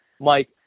Mike